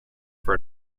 for